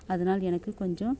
அதனால் எனக்கு கொஞ்சம்